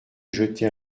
jeter